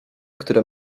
które